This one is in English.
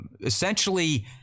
essentially